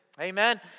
Amen